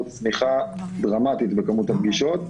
ה-1 בספטמבר ראינו צניחה דרמטית בדרישה,